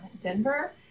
Denver